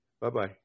Bye-bye